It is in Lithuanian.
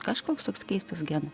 kažkoks toks keistas genas